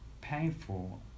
painful